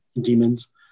demons